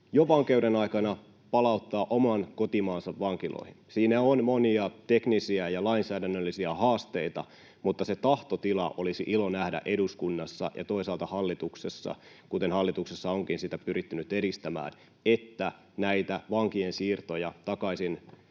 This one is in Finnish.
kuin nykyisin palauttaa oman kotimaansa vankiloihin. Siinä on monia teknisiä ja lainsäädännöllisiä haasteita, mutta se tahtotila olisi ilo nähdä eduskunnassa ja toisaalta hallituksessa — kuten hallituksessa onkin pyritty nyt siihen, että näitä vankien siirtoja takaisin